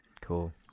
Cool